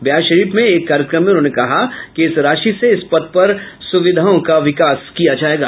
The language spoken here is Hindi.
बिहारशरीफ में एक कार्यक्रम में उन्होंने कहा कि इस राशि से इस पथ पर सुविधाओं का विकास किया जायेगा